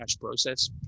process